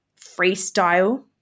freestyle